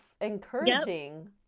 encouraging